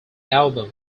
album